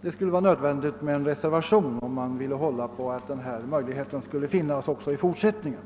det var nödvändigt med en reservation om vi ville hålla på att denna möjlighet skulle finnas även i fortsättningen.